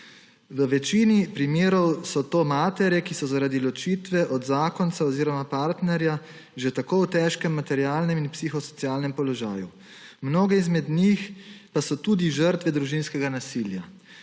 V večini primerov so to matere, ki so zaradi ločitve od zakonca oziroma partnerja že tako v težkem materialnem in psihosocialnem položaju. Mnoge izmed njih pa so tudi žrtve družinskega nasilja,